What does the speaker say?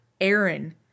Aaron